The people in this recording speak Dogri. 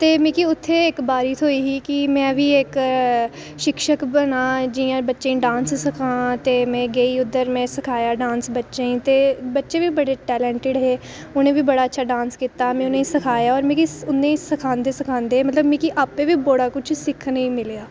ते मिकी उत्थै इक बारी थ्होई ही कि में बी इक शिक्षक बनां जि'यां बच्चें गी डांस सखां ते में गेई उद्धर में सखाया डांस बच्चें गी ते बच्चे बी बड़े टैलेंटेड हे उ'नें बी बड़ा अच्छा डांस कीता में उ'नें गी और मिगी उ'नें गी सखांदे सखांदे मतलब मिगी आपे बी बड़ा किश सिक्खने गी मिलेआ